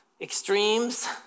extremes